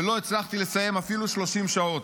ולא הצלחתי לסיים אפילו 30 שעות.